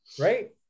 right